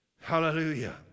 Hallelujah